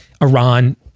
Iran